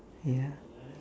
ya